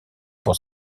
pour